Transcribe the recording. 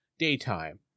daytime